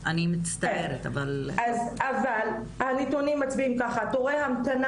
אבל הנתונים מצביעים ככה תורי המתנה